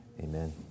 Amen